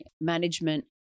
management